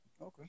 Okay